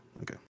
Okay